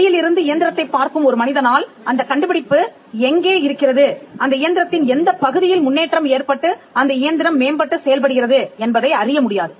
வெளியிலிருந்து இயந்திரத்தைப் பார்க்கும் ஒரு மனிதனால் அந்தக் கண்டுபிடிப்பு எங்கே இருக்கிறது அந்த இயந்திரத்தின் எந்தப் பகுதியில் முன்னேற்றம் ஏற்பட்டு அந்த இயந்திரம் மேம்பட்டு செயல்படுகிறது என்பதை அறிய முடியாது